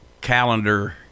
calendar